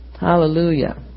Hallelujah